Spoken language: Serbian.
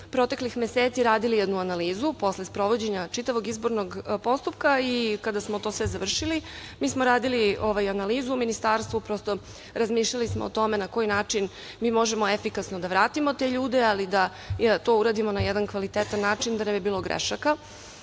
proteklih meseci radili jednu analizu posle sprovođenja čitavog izbornog postupka i kada smo sve to završili, mi smo radili analizu u Ministarstvu, prosto razmišljali smo o tome na koji način mi možemo efikasno da vratimo te ljude, ali da to uradimo na jedan kvalitetan način da ne bi bilo grešaka,